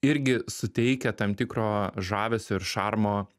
irgi suteikia tam tikro žavesio ir šarmo